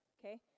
Okay